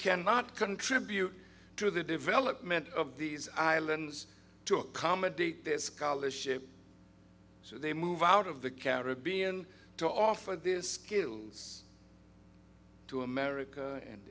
cannot contribute to the development of these islands to accommodate their scholarship so they move out of the caribbean to offer this skills to america and